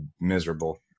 miserable